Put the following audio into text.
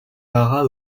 haras